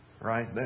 Right